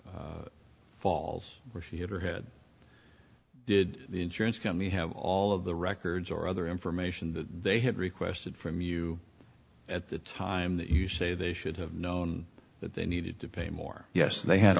falls where she had her head did the insurance company have all of the records or other information that they had requested from you at the time that you say they should have known that they needed to pay more yes they had